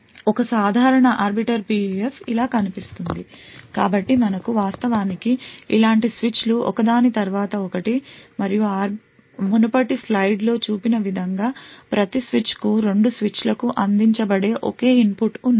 ఒక సాధారణ arbiter PUF ఇలా కనిపిస్తుంది కాబట్టి మనకు వాస్తవానికి ఇలాంటి స్విచ్లు ఒకదాని తరువాత ఒకటి మరియు మునుపటి స్లైడ్లో చూపిన విధంగా ప్రతి స్విచ్కు రెండు స్విచ్లకు అందించబడే ఒకే ఇన్పుట్ ఉన్నాయి